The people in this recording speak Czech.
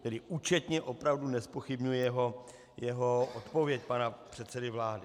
Tedy účetně opravdu nezpochybňuji jeho odpověď, pana předsedy vlády.